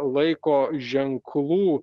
laiko ženklų